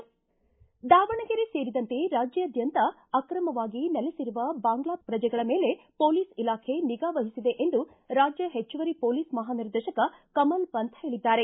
ದಾವಣಗೆರೆ ಸೇರಿದಂತೆ ರಾಜ್ಯಾದ್ಯಂತ ಅಕ್ರಮವಾಗಿ ನೆಲೆಖರುವ ಬಾಂಗ್ಲಾ ಪ್ರಜೆಗಳ ಮೇಲೆ ಹೊಲೀಸ್ ಇಲಾಖೆ ನಿಗಾವಹಿಸಿದೆ ಎಂದು ರಾಜ್ಯ ಹೆಚ್ಚುವರಿ ಹೊಲೀಸ್ ಮಹಾನಿರ್ದೇಶಕ ಕಮಲ್ ಪಂತ್ ಹೇಳಿದ್ದಾರೆ